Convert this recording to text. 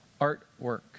artwork